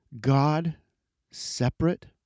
God-separate